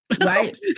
Right